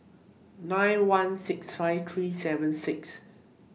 nine one six five three seven six